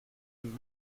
and